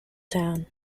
town